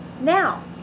now